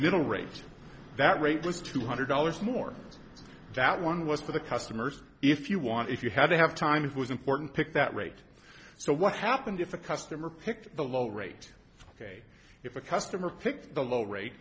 middle range that rate was two hundred dollars more that one was for the customers if you want if you had to have time it was important pick that rate so what happened if a customer picked the low rate ok if a customer picked the low rate